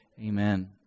Amen